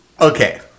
okay